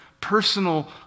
personal